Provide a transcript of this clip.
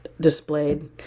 displayed